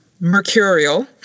mercurial